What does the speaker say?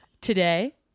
Today